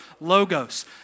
Logos